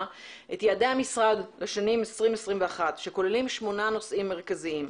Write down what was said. את יעדיי המשרד לשנים 2021 שכוללים שמונה נושאים מרכזיים.